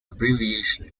abbreviation